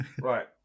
Right